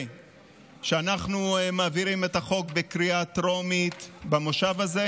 שאנחנו מעבירים את החוק בקריאה הטרומית במושב הזה,